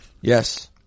Yes